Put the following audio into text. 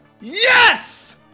Yes